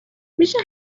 میشه